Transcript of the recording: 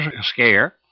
scare